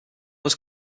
was